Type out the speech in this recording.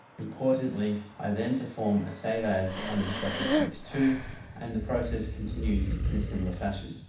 importantly, i then perform a save as under the suffix mix two and the process continues in a similar fashion.